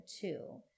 two